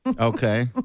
Okay